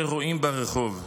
אבל זה לא מה שרואים ברחוב,